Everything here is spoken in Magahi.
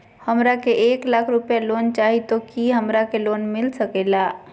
हमरा के एक लाख रुपए लोन चाही तो की हमरा के लोन मिलता सकेला?